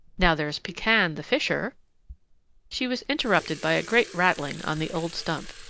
now there's pekan the fisher she was interrupted by a great rattling on the old stump.